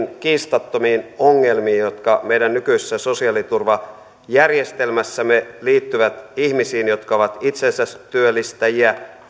kiistattomiin ongelmiin jotka meidän nykyisessä sosiaaliturvajärjestelmässämme liittyvät ihmisiin jotka ovat itsensätyöllistäjiä